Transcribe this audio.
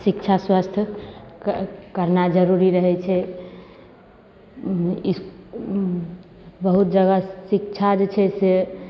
शिक्षा स्वास्थय करनाइ जरूरी रहैत छै इस बहुत जगह शिक्षा जे छै से